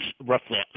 roughly